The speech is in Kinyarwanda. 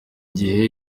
gihe